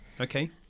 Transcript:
Okay